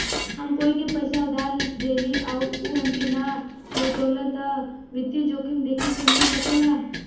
हम कोई के पइसा उधार देली आउर उ हमके ना लउटावला त वित्तीय जोखिम देखे के मिल सकला